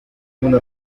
una